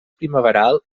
primaveral